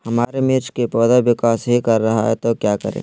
हमारे मिर्च कि पौधा विकास ही कर रहा है तो क्या करे?